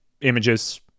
images